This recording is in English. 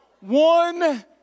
One